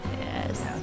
Yes